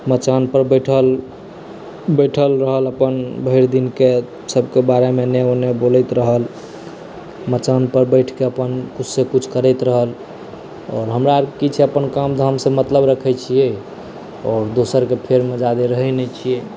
मचान पर बैठल बैठल रहल अपन भरि दिनके सभके बारेमे एने ओने बोलैत रहल मचान पर बैठके अपन किछु करैत रहल आओर हमरा आरके की छै अपन काम धाम से मतलब रखै छियै आओर दोसरके फेरमे ज्यादे रहै नहि छी